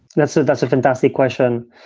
that's a that's a fantastic question.